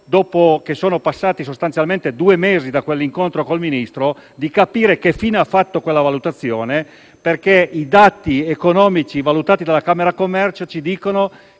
dopo che sono passati sostanzialmente due mesi da quell'incontro con il Ministro, di capire che fine ha fatto quella valutazione, perché i dati economici valutati dalla camera di commercio dimostrano